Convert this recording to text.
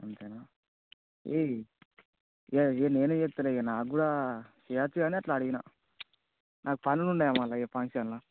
అంతేనా ఇక ఇక నేనే చేస్తాలే ఇక నాకు కూడా చేయొచ్చు గానీ అట్లా అడిగినా నాకు పనులు ఉన్నాయి మళ్ళా ఫంక్షన్లో